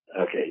Okay